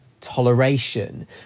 toleration